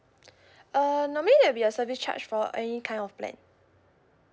uh normally there'll be a service charge for any kind of plan